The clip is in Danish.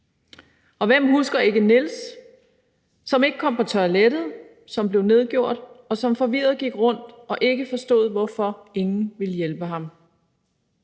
Og hvem husker ikke Niels, som ikke kom på toilettet, som blev nedgjort, og som forvirret gik rundt og ikke forstod, hvorfor ingen ville hjælpe ham?